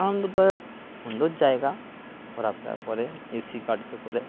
আনন্দদায়ক সুন্দর জায়গা ঘোরাফেরার করে এ সি গাড়িতে করে